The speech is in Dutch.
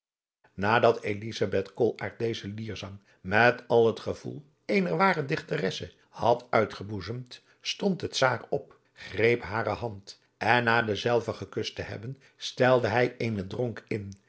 koolaart dezen lierzang met al het gevoel eener ware dichteresse had uitgeboezemd stond de czaar op greep hare hand en na dezelve gekust te hebben stelde hij eenen dronk in